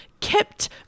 kept